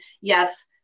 Yes